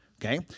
okay